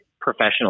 professional